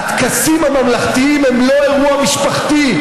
הטקסים הממלכתיים הם לא אירוע משפחתי.